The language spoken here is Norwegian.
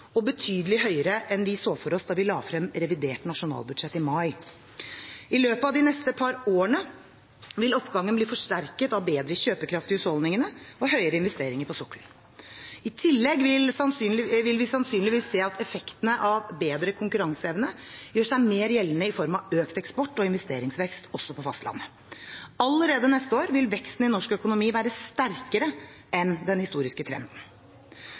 og betydelig høyere enn vi så for oss da vi la frem revidert nasjonalbudsjett i mai. I løpet av de neste par årene vil oppgangen bli forsterket av bedre kjøpekraft i husholdningene og større investeringer på sokkelen. I tillegg vil vi sannsynligvis se at effektene av bedre konkurranseevne gjør seg mer gjeldende i form av økt eksport og investeringsvekst også på fastlandet. Allerede neste år vil veksten i norsk økonomi være sterkere enn den historiske trenden.